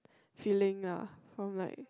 feeling lah from like